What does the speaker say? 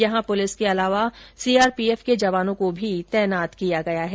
यहां पुलिस के अलावा सीआरपीएफ के जवानों को भी तैनात किया गया है